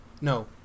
No